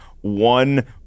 one